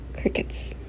Crickets